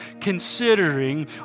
considering